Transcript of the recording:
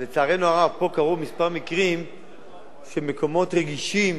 לצערנו הרב, קרו פה כמה מקרים שמקומות רגישים,